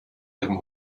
ihrem